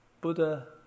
Buddha